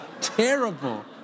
terrible